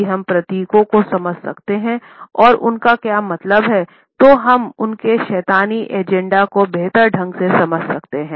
यदि हम प्रतीकों को समझ सकते हैं और उनका क्या मतलब है तो हम उनके शैतानी एजेंडे को बेहतर ढंग से समझ सकते हैं